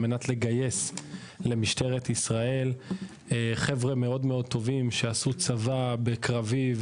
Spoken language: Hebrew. על מנת לגייס למשטרת ישראל חבר'ה מאוד מאוד טובים שעשו צבא והיו בקרבי,